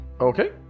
Okay